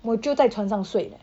我就在船上睡 leh